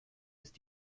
ist